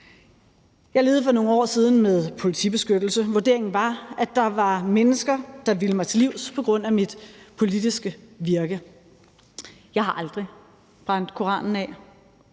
Jeg levede for nogle år siden med politibeskyttelse. Vurderingen var, at der var mennesker, der ville mig til livs på grund af mit politiske virke. Jeg har aldrig brændt Koranen af.